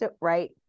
right